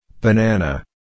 Banana